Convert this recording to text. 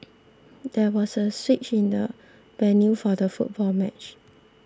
there was a switch in the venue for the football match